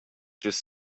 just